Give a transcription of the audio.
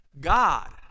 God